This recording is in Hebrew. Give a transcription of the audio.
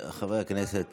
חבר הכנסת